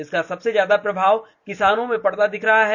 इसका सबसे ज्यादा प्रभाव किसानों में पड़ता दिख रहा है